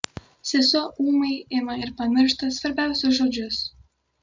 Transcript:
sesuo ūmai ima ir pamiršta svarbiausius žodžius